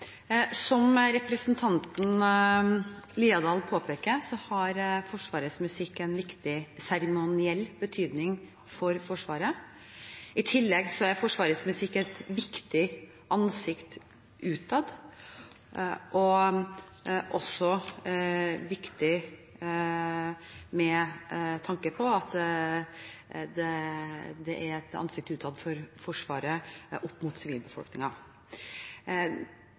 Som representanten Haukeland Liadal påpeker, har Forsvarets musikk en viktig seremoniell betydning for Forsvaret. I tillegg er Forsvarets musikk et viktig ansikt utad og også viktig med tanke på at det for Forsvaret er et ansikt